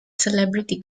celebrity